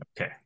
okay